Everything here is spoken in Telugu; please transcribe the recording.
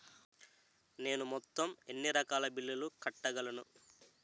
నేను మొత్తం ఎన్ని రకాల బిల్లులు కట్టగలను?